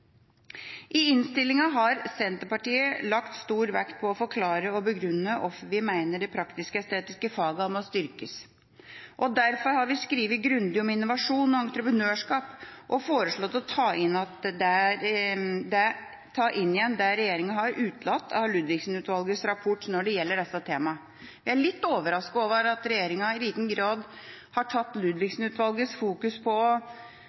I innstillinga har Senterpartiet lagt stor vekt på å forklare og begrunne hvorfor vi mener de praktisk-estetiske fagene må styrkes. Derfor har vi skrevet grundig om innovasjon og entreprenørskap og foreslått å ta inn igjen det regjeringa har utelatt i Ludvigsen-utvalgets rapport når det gjelder dette temaet. Vi er litt overrasket over at regjeringa i liten grad har tatt Ludvigsen-utvalgets fokusering på